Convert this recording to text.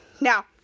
now